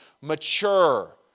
Mature